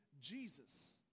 Jesus